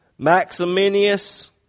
Maximinius